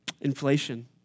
Inflation